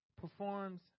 performs